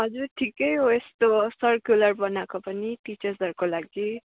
हजुर ठिकै हो यस्तो सर्कुलर बनाएको पनि टिचर्सहरूको लागि